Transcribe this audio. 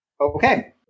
Okay